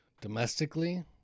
domestically